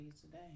today